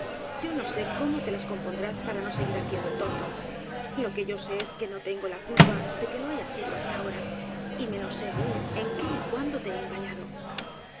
yo no sé cómo te las compondrás para no seguir haciendo el tonto lo que yo sé es que no tengo la culpa de que lo hayas sido hasta ahora y menos sé aún en qué y cuándo te he engañado